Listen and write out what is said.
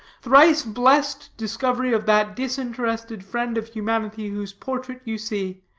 thrice-blessed discovery of that disinterested friend of humanity whose portrait you see.